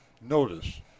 notice